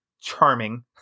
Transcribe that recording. charming